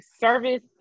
service